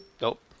Nope